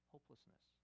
Hopelessness